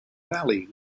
valley